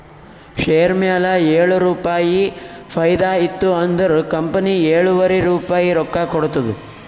share ಮ್ಯಾಲ ಏಳು ರುಪಾಯಿ ಫೈದಾ ಇತ್ತು ಅಂದುರ್ ಕಂಪನಿ ಎಳುವರಿ ರುಪಾಯಿ ರೊಕ್ಕಾ ಕೊಡ್ತುದ್